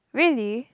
really